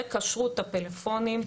לכשרות הפלאפונים.